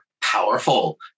powerful